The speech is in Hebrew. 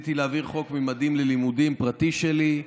רציתי להעביר חוק ממדים ללימודים, פרטי שלי.